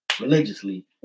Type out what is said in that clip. religiously